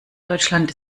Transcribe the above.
deutschland